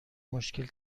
مشکل